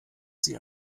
sie